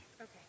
Okay